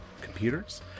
computers